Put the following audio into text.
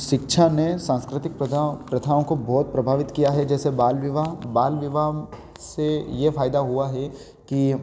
शिक्षा ने सांस्कृतिक प्रदा प्रथाओं को बहुत प्रभावित किया है जैसे बाल विवाह बाल विवाह से ये फ़ायदा हुआ है कि